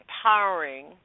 empowering